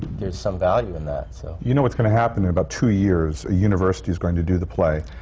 there's some value in that. so you know what's going to happen? in about two years, a university's going to do the play,